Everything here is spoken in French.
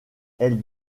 elles